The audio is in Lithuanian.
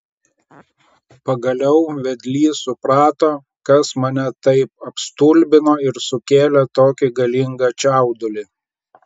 pagaliau vedlys suprato kas mane taip apstulbino ir sukėlė tokį galingą čiaudulį